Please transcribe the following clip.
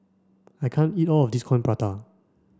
I can't eat all of this Coin Prata